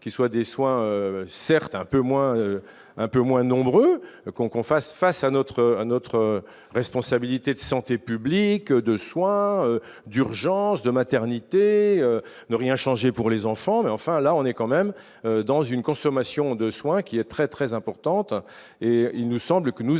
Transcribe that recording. qui soient des soins, certes un peu moins, un peu moins nombreuses qu'on qu'on fasse face à notre à notre responsabilité de santé publique de soins d'urgences de maternité ne rien changer pour les enfants mais enfin là, on est quand même dans une consommation de soins qui est très très importante et il nous semble que nous